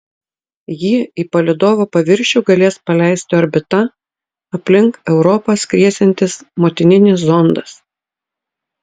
jį į palydovo paviršių galės paleisti orbita aplink europą skriesiantis motininis zondas